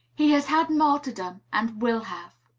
he has had martyrdom, and will have.